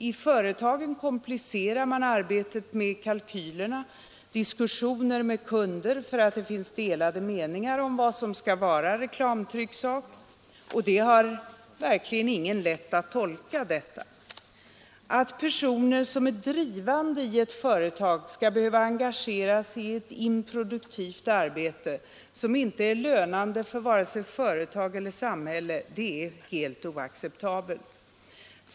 I företagen komplicerar man arbetet med kalkylerna och framtvingar diskussioner med kunder på grund av att det råder delade meningar om vad som avses med reklamtrycksak — det är verkligen inte lätt att tolka det. Att drivande personer i ett företag skall behöva engageras i ett improduktivt arbete som inte är lönande för vare sig företag eller samhälle är helt oacceptabelt.